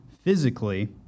physically